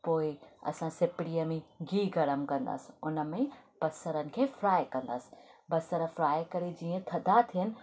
पोइ असां सिपरीअ मे गीहु गरम कंदासीं उन में बसर खे फ्राइ कंदासीं बसर फ्राइ करे जीअं थधा थियनि